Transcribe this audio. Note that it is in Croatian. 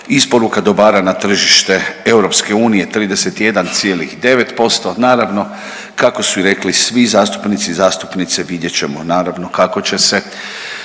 isporuka dobara na tržište EU 31,9%. Naravno kako su i rekli svi zastupnici i zastupnice vidjet ćemo naravno kako će se